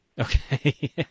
Okay